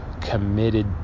committed